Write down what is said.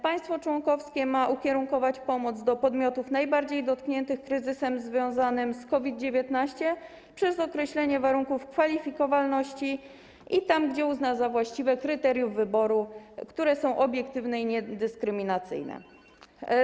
Państwo członkowskie ma ukierunkować pomoc i adresować ją do podmiotów najbardziej dotkniętych kryzysem związanym z COVID-19 przez określenie warunków kwalifikowalności i, tam gdzie uzna to za właściwe, kryteriów wyboru, które są obiektywne i niedyskryminacyjne.